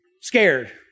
Scared